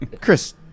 Chris